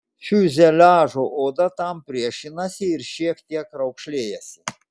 fiuzeliažo oda tam priešinasi ir šiek tiek raukšlėjasi